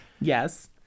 Yes